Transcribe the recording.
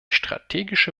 strategische